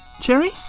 Cherry